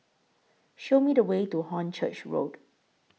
Show Me The Way to Hornchurch Road